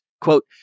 quote